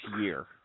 year